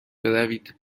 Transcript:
بروید